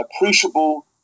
appreciable